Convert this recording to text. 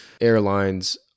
airlines